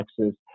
Texas